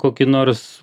kokį nors